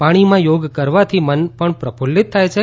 પાણીમાં યોગ કરવાથી મન પણ પ્રક્રલિત થાય છે